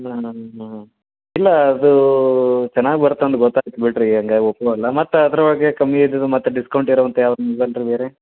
ಇಲ್ಲ ನಮ್ಮ ಇಲ್ಲ ಅದೂ ಚೆನ್ನಾಗಿ ಬರ್ತಾವೆ ಅಂದು ಗೊತ್ತೈತೆ ಬಿಡಿರಿ ಹಾಗೆ ಒಪೋ ಅಲಾ ಮತ್ತು ಅದ್ರ ಒಳಗೆ ಕಮ್ಮಿ ಇದ್ದಿದ್ದು ಮತ್ತು ಡಿಸ್ಕೌಂಟ್ ಇರುವಂಥ ಯಾವ್ದು ಮೊಬೈಲ್ ರೀ ಬೇರೆ